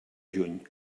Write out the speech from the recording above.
juny